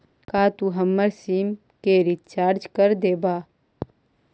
का तू हमर सिम के रिचार्ज कर देबा